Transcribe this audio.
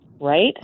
right